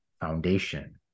foundation